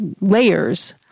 layers